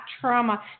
trauma